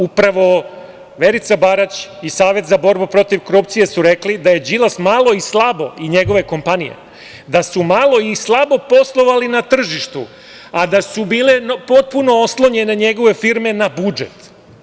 Upravo Verica Barać i Savet za borbu protiv korupcije su rekli da Đilas i njegove kompanije su malo i slabo poslovali na tržištu, a da su bile potpuno oslonjene njegove firme na budžet.